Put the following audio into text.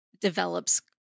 develops